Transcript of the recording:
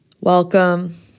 welcome